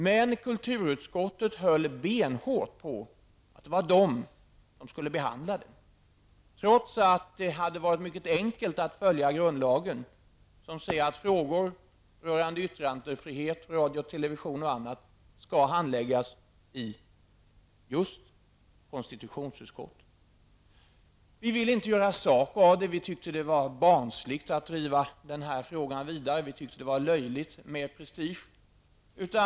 Men kulturutskottet höll benhårt på att det var kulturutskottet som skulle behandla saken, trots att det hade varit mycket enkelt att följa grundlagen, som säger att frågor rörande bl.a. yttrandefrihet samt radio och television skall handläggas i just konstitutionsutskottet. Vi ville inte göra sak av det hela, eftersom vi tyckte att det var barnsligt att driva frågan vidare. Vi tyckte att det var löjligt att göra det till en prestigefråga.